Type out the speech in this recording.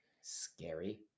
scary